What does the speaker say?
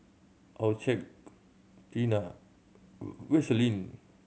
Accucheck Tena Vaselin